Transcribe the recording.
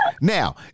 now